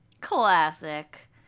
classic